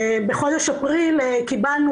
בחודש אפריל קיבלנו